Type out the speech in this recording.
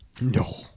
No